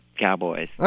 cowboys